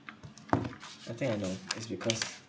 I think I know is because